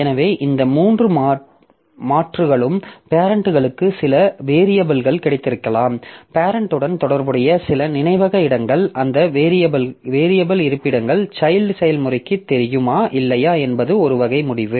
எனவே இந்த மூன்று மாற்றுகளும் பேரெண்ட்களுக்கு சில வேரியபில்கள் கிடைத்திருக்கலாம் பேரெண்ட் உடன் தொடர்புடைய சில நினைவக இடங்கள் அந்த வேரியபில் இருப்பிடங்கள் சைல்ட் செயல்முறைக்குத் தெரியுமா இல்லையா என்பது ஒரு வகை முடிவு